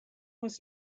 was